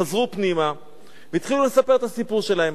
חזרו פנימה והתחילו לספר את הסיפור שלהם.